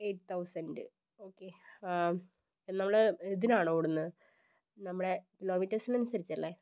eight thousand okay നമ്മൾ ഇതിനാണോ ഓടുന്നത് നമ്മുടെ കിലോമീറ്റേഴ്സിന് അനുസരിച്ചല്ലേ